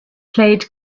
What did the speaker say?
played